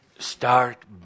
Start